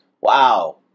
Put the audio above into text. wow